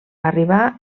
arribar